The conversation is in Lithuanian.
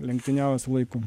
lenktyniauja su laiku